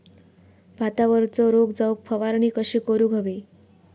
भातावरचो रोग जाऊक फवारणी कशी करूक हवी?